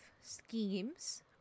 schemes